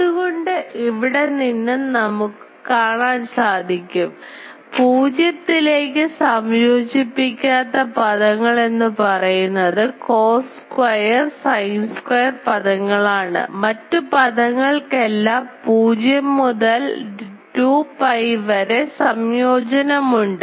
അതുകൊണ്ട് ഇവിടെ നിന്ന് നമുക്ക് കാണാൻ സാധിക്കും 0 ലേക്ക് സംയോജിപ്പിക്കാത്ത പദങ്ങൾ എന്നു പറയുന്നത് cos square sin square പദങ്ങളാണ് മറ്റു പദങ്ങൾക്ക് എല്ലാം 0 മുതൽ 2pi വരെ സംയോജനം ഉണ്ട്